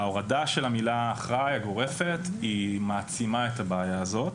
ההורדה הגורפת של המילה אחראי מעצימה את הבעיה הזאת